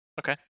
okay